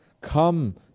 Come